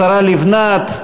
השרה לבנת,